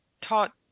taught